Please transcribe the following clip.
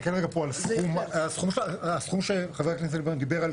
הסכום שחבר הכנסת ליברמן דיבר,